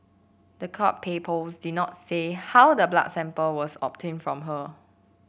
the court did not say how the blood sample was obtained from her